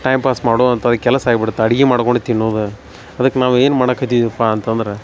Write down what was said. time pass ಮಾಡುವಂಥ ಕೆಲಸ ಆಗ್ಬಿಡ್ತ ಅಡಿಗಿ ಮಾಡ್ಕೊಂಡು ತಿನ್ನೋದ ಅದಕ್ಕೆ ನಾವು ಏನು ಮಾಡಕೆ ಹತಿದ್ವಪ್ಪಾ ಅಂತಂದ್ರ